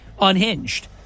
unhinged